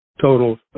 total